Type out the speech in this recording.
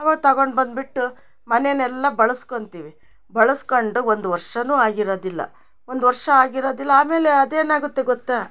ಅವ ತಗೊಂಡು ಬಂದ್ಬಿಟ್ಟು ಮನೇನೆಲ್ಲ ಬಳಸ್ಕೊಳ್ತೀವಿ ಬಳಸ್ಕೊಂಡು ಒಂದು ವರ್ಷನೂ ಆಗಿರೋದಿಲ್ಲ ಒಂದು ವರ್ಷ ಆಗಿರೋದಿಲ್ಲ ಆಮೇಲೆ ಅದೇನಾಗುತ್ತೆ ಗೊತ್ತಾ